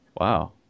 Wow